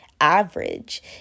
average